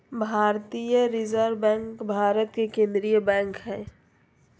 भारतीय reserve bank भारत के केन्द्रीय बैंक हइ